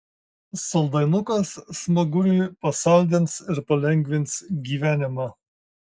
saldainukas smaguriui pasaldins ir palengvins gyvenimą